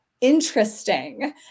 interesting